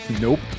Nope